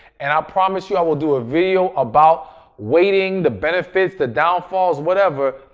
and i promise you i will do a video about waiting, the benefits, the downfalls, whatever.